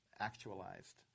Actualized